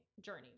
journey